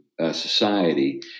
society